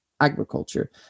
agriculture